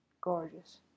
gorgeous